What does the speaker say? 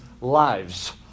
lives